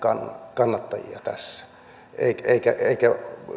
kannattajia tässä eikä